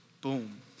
Boom